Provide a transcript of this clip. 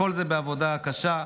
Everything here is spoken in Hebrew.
הכול זה בעבודה קשה.